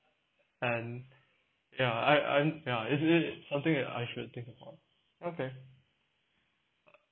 and ya I I I'm ya actually something that I should've think about okay